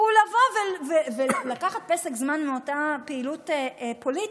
היא לבוא ולקחת פסק זמן מאותה פעילות פוליטית,